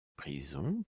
prison